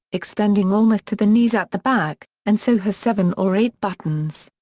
extending almost to the knees at the back, and so has seven or eight buttons.